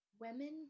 Women